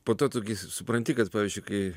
po to tu gi su supranti kad pavyzdžiui kai